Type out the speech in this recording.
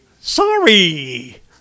Sorry